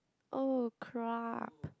oh crap